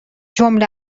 جمله